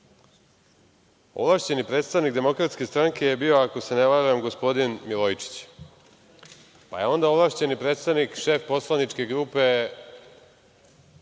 Ovlašćeni predstavnik DS je bio, ako se ne varam gospodin Milojičić, pa je onda ovlašćeni predstavnik šef poslaničke grupe